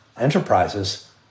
enterprises